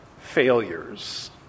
failures